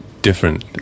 different